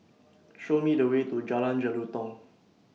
Show Me The Way to Jalan Jelutong